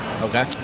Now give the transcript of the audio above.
Okay